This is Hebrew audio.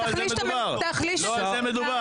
תחליש את המשפט.